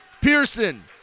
Pearson